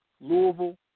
Louisville